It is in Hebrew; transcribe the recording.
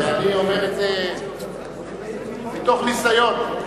אני אומר את זה מתוך ניסיון.